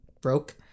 broke